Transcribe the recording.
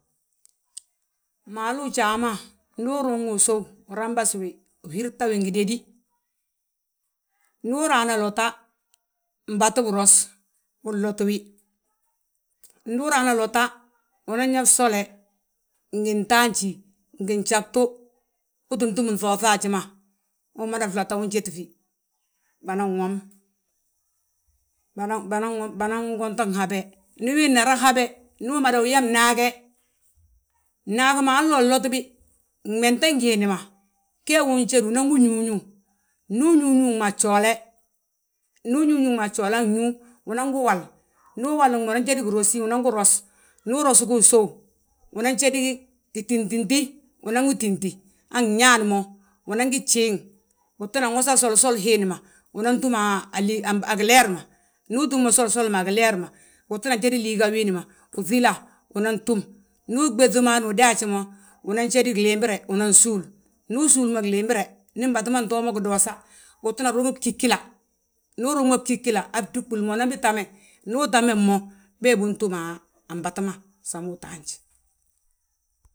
Maalu ujaa ma ndu uruŋ wi usów, urambas wi, uhírta wi ngi dadí. Ndu uraana lota mbatu biros, unlotiwi. ndu uraana lota, unan yaa fsole ngi ntaanjí, ngi gjagtu, uu ttin túm nŧooŧa haji ma. Unmada flota ujétifi, banan wom, banan gguntoŋ, Ndi wiina raa habe, ndu umada uyaa bnaage, bnaagi ma halla unlotibi? Menten giindi ma, geegi unjódi unan gi ñúuñu, ndu uñúuñug mo a gjoole, han gñúu, unan gu wal, unan jédi girósi unan gi ros, ndu urosgi usów, unan jédi gitíntiti, unan wi tínti han gñaan mo. Unan gi jiiŋ utinan wosa solo soli hiindi ma, unan túmi a gileer ma, ndu utúm mo solo soli ma gileer ma. Uttinan jédi líiga wiindi ma, uŧila unan túm, ndu wi ɓéŧi mo hannu udaaji mo, unan jédi gliimbire unan súul. Ndu usúul mo gliimbire, ndi mbatu ma ntoo mo gidoosa, utinan ruŋi gigíla, ndu uruŋ ma gígila, han gdúɓul mo unan wi tame ndu utame mo, bee bi utúm a mbatu ma samu utaanj.